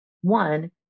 One